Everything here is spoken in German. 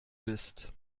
bist